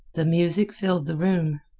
the music filled the room.